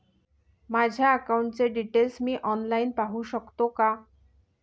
माझ्या अकाउंटचे डिटेल्स मी ऑनलाईन पाहू शकतो का?